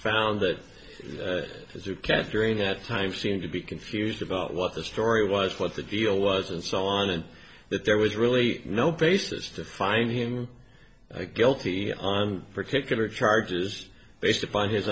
found that his or castrated at the time seemed to be confused about what the story was what the deal was and so on and that there was really no basis to find him guilty on particular charges based upon his